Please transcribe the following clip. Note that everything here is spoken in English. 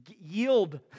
yield